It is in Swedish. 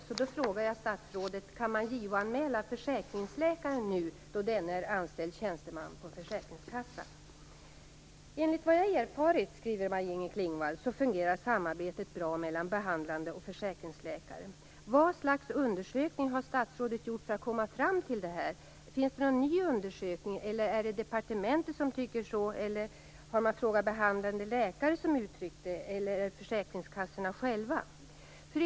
Därför frågar jag statsrådet: Kan man JO-anmäla försäkringsläkaren nu, då denne är anställd tjänsteman på försäkringskassan? Maj-Inger Klingvall skriver att enligt vad hon erfarit fungerar samarbetet bra mellan behandlande läkare och försäkringsläkare. Vad för slags undersökning har statsrådet gjort för att komma fram till det? Finns det någon ny undersökning? Är det departementet som tycker så? Har man frågat behandlande läkare som uttryckt detta, eller är det försäkringskassorna själva som sagt det?